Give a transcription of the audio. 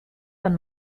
von